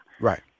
right